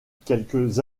quelques